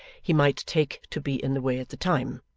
he might take to be in the way at the time.